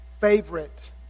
favorite